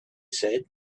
said